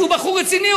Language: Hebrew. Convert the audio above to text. שהוא בחור רציני,